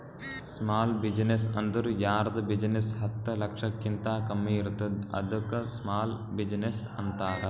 small business ಅಂದುರ್ ಯಾರ್ದ್ business ಹತ್ತ ಲಕ್ಷಕಿಂತಾ ಕಮ್ಮಿ ಇರ್ತುದ್ ಅದ್ದುಕ ಸ್ಮಾಲ್ ಬಿಜಿನೆಸ್ ಅಂತಾರ